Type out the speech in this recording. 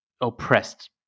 oppressed